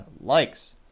likes